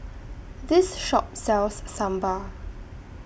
This Shop sells Sambar